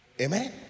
Amen